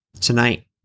tonight